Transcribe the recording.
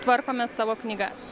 tvarkomės savo knygas